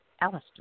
Alistair